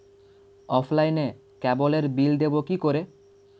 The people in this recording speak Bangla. অফলাইনে ক্যাবলের বিল দেবো কি করে?